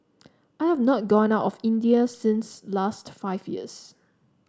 I have not gone out of India since last five years